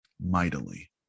Mightily